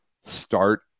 start